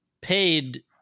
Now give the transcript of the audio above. paid